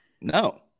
No